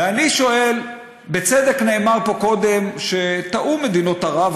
ואני שואל: בצדק נאמר פה קודם שטעו מדינות ערב,